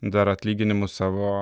dar atlyginimus savo